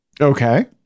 Okay